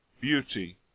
beauty